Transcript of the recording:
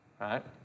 right